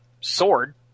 sword